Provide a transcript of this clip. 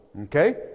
Okay